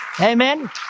Amen